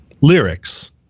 lyrics